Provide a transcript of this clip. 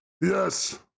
Yes